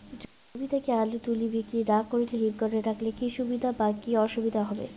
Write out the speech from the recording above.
জমি থেকে আলু তুলে বিক্রি না করে হিমঘরে রাখলে কী সুবিধা বা কী অসুবিধা হবে?